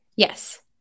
Yes